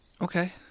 Okay